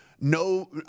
No